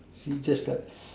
is just like